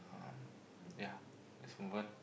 um yeah let's move on